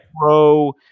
pro